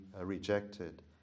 rejected